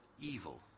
evil